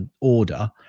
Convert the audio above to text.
Order